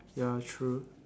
ya true